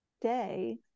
day